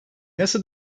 nasıl